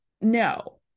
no